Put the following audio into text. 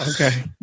Okay